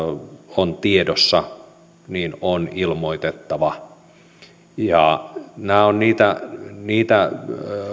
on tiedossa on ilmoitettava nämä ovat niitä niitä